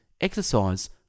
exercise